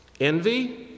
envy